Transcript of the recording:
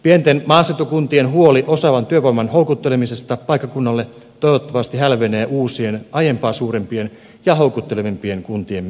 pienten maaseutukuntien huoli osaavan työvoiman houkuttelemisesta paikkakunnalle toivottavasti hälvenee uusien aiempaa suurempien ja houkuttelevampien kuntien myötä